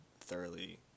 thoroughly